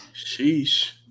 Sheesh